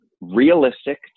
realistic